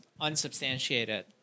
unsubstantiated